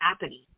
happening